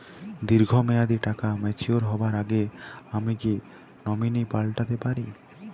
দীর্ঘ মেয়াদি টাকা ম্যাচিউর হবার আগে আমি কি নমিনি পাল্টা তে পারি?